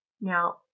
Now